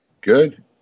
Good